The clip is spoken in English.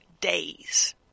days